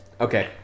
Okay